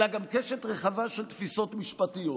אלא גם קשת רחבה של תפיסות משפטיות.